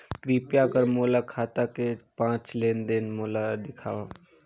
कृपया कर मोर खाता के पांच लेन देन मोला दिखावव